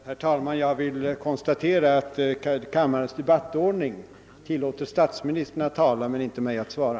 Herr talman! Jag konstaterar att kammarens debattordning i detta läge tillåter statsministern att tala men inte mig att svara.